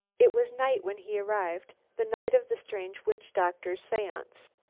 it was night when he arrived, the night of the strange witch-doctor's seance.